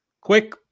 Quick